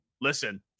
listen